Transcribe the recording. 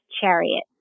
chariot